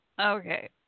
Okay